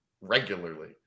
Regularly